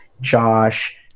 Josh